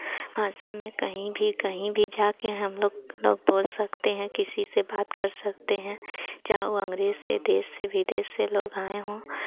भाषा में कहीं भी कहीं भी जाके हम लोग लोग बोल सकते हैं किसी से बात कर सकते हैं चाहे वो अंग्रेज से देश से विदेश से लोग आए हों